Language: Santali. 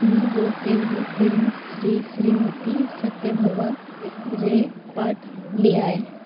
ᱩᱱᱤᱫᱚ ᱛᱮᱞᱮᱜᱩ ᱯᱷᱤᱞᱤᱢᱥ ᱥᱨᱤ ᱥᱨᱤᱢᱚᱛᱤ ᱥᱚᱛᱛᱚᱵᱷᱟᱢᱟ ᱨᱮᱭ ᱯᱟᱴᱷ ᱞᱮᱫᱟᱭ